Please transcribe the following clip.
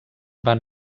van